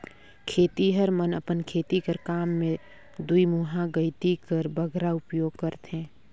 खेतिहर मन अपन खेती कर काम मे दुईमुहा गइती कर बगरा उपियोग करथे